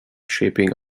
shaping